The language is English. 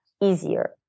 easier